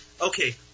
Okay